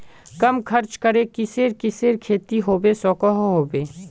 कम खर्च करे किसेर किसेर खेती होबे सकोहो होबे?